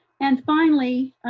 and finally,